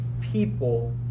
people